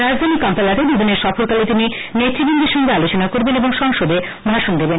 রাজধানী কম্পালাতে দুদিনের সফরকালে তিনি নেত্তবৃন্দের সঙ্গে আলোচনা ও সংসদে ভাষণ দেবেন